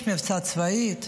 יש מבצע צבאי,